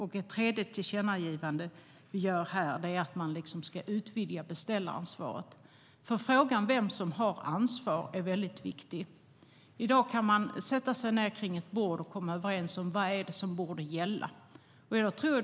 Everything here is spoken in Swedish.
Det tredje tillkännagivandet gäller att beställaransvaret ska utvidgas, för frågan om vem som har ansvar är viktig. I dag kan man sätta sig ned kring ett bord och komma överens om vad som borde gälla.